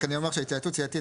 רק אני אומר שהתייעצות סיעתית